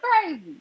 Crazy